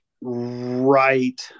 right